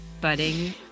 budding